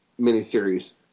miniseries